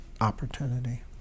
opportunity